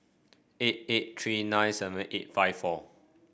eight eight three nine seven eight five four